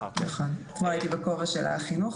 אתמול הייתי בכובע של החינוך,